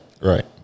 Right